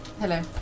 Hello